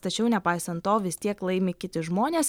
tačiau nepaisant to vis tiek laimi kiti žmonės